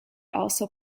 also